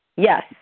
Yes